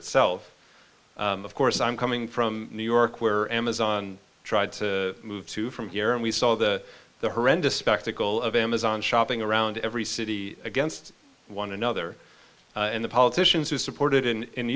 itself of course i'm coming from new york where amazon tried to move to from here and we saw the horrendous spectacle of amazon shopping around every city against one another and the politicians who supported in